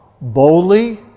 boldly